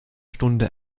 stunde